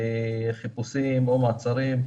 חיפושים או מעצרים,